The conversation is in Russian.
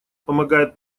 помогает